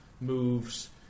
moves